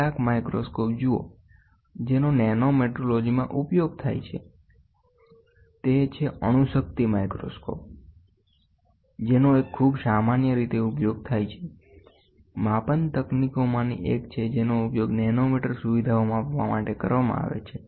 કેટલાક માઇક્રોસ્કોપ જુઓ જેનો નેનોમેટ્રોલોજીમાં ઉપયોગ થાય છે તે છે અણુશક્તિ માઇક્રોસ્કોપીજેનો એક ખૂબ સામાન્ય રીતે ઉપયોગ થાય છે માપન તકનીકોમાંની એક છે જેનો ઉપયોગ નેનોમીટર સુવિધાઓ માપવા માટે કરવામાં આવે છે